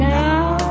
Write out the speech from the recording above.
now